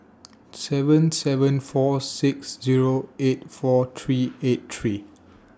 seven seven four six Zero eight four three eight three